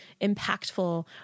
impactful